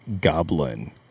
Goblin